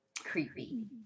Creepy